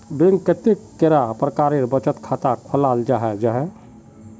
Bank कतेक कैडा प्रकारेर बचत खाता खोलाल जाहा जाहा?